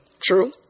True